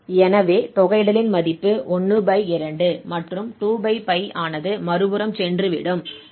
எனவே தொகையிடலின் மதிப்பு ½ மற்றும் 2 π ஆனது மறுபுறம் சென்றுவிடும்